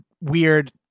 weird